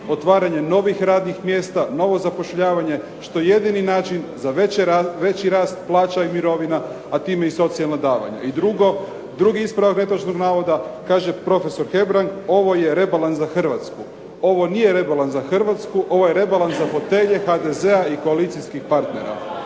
otvaranje novih radnih mjesta, novo zapošljavanje, što je jedini način za veći rast plaća i mirovina, a time i socijalna davanja. I drugo, drugi ispravak netočnog navoda, kaže profesor Hebrang ovo je rebalans za Hrvatsku. Ovo nije rebalans za Hrvatsku, ovo je rebalans za fotelje HDZ-a i koalicijskih partnera.